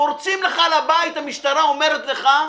פורצים לך לבית, המשטרה אומרת לך,